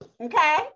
okay